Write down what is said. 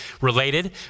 related